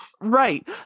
Right